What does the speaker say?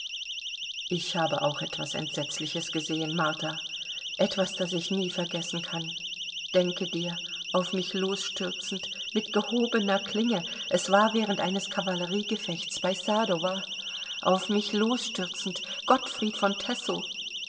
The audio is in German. ich habe auch etwas entsetzliches gesehen martha etwas das ich nie vergessen kann denke dir auf mich losstürzend mit gehobener klinge es war während eines kavalleriegefechts bei sadowa auf mich losstürzend gottfried von tessow